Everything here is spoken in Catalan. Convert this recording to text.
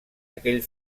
aquell